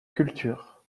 culture